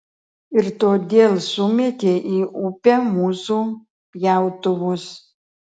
ir todėl sumėtei į upę mūsų pjautuvus